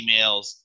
emails